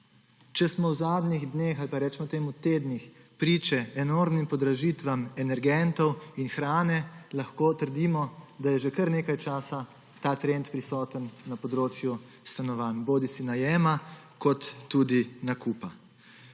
Če smo v zadnjih dneh ali pa recimo temu tednih priče enormnim podražitvam energentov in hrane, lahko trdimo, da je že kar nekaj časa ta trend prisoten na področju stanovanj, bodisi najema bodisi nakupa.